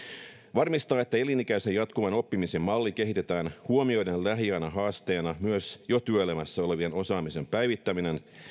varmistaa että elinikäisen jatkuvan oppimisen malli kehitetään huomioiden lähiajan haasteena myös jo työelämässä olevien osaamisen päivittäminen